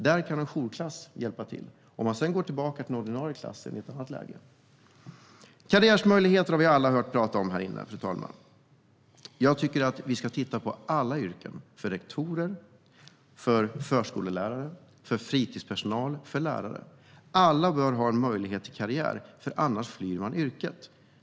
Där kan en jourklass hjälpa till. Sedan kan eleven gå tillbaka till den ordinarie klassen i ett annat läge. Fru talman! Karriärmöjligheter har alla talat om här inne. Jag tycker att vi ska titta på alla yrken, det vill säga rektorer, förskollärare, fritidspersonal och lärare. Alla bör ha möjlighet till karriär, annars flyr man yrket.